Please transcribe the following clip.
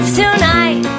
tonight